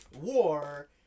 war